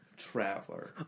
traveler